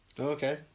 okay